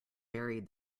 buried